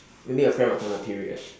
maybe your friend was on her period